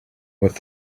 with